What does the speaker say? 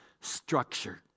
structure